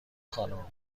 خانم